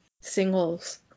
singles